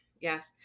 Yes